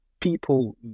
people